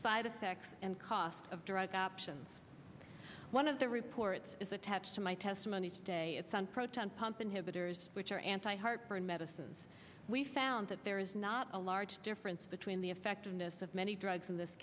side effects and costs of drug options one of the reports is attached to my testimony today it's on proton pump inhibitors which are anti heartburn medicines we found that there is not a large difference between the effectiveness of many drugs in this